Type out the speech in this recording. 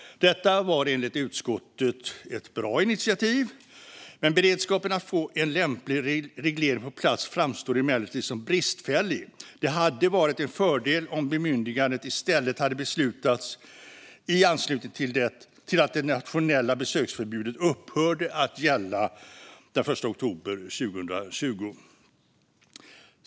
Detta var enligt utskottet ett bra initiativ, men beredskapen att få en lämplig reglering på plats framstår emellertid som bristfällig. Det hade varit en fördel om bemyndigandet i stället hade beslutats i anslutning till att det nationella besöksförbudet upphörde att gälla den 1 oktober 2020.